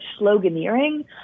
sloganeering